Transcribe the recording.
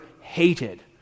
hated